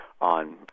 on